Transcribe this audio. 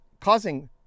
causing